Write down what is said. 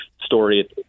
story